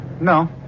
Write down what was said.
No